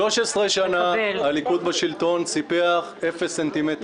13 שנה הליכוד בשלטון, סיפח אפס סנטימטרים